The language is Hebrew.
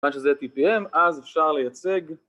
כיוון שזה TPM אז אפשר לייצג